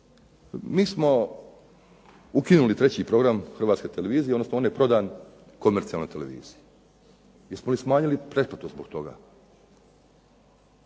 Mi smo ukinuli 3. program HRT-a, odnosno on je prodan komercijalnoj televiziji. Jesmo li smanjili pretplatu zbog toga?